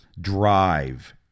drive